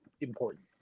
important